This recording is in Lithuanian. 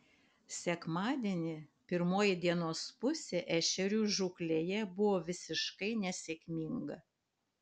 sekmadienį pirmoji dienos pusė ešerių žūklėje buvo visiškai nesėkminga